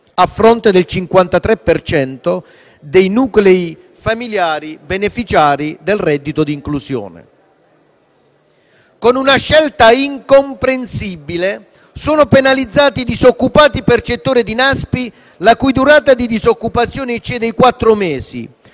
a fronte del 53 per cento dei nuclei familiari beneficiari del reddito di inclusione. Con una scelta incomprensibile sono penalizzati i disoccupati percettori di NASPI, la cui durata di disoccupazione eccede i quattro mesi,